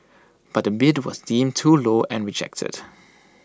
but the bid was deemed too low and rejected